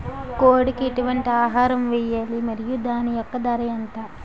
కోడి కి ఎటువంటి ఆహారం వేయాలి? మరియు దాని యెక్క ధర ఎంత?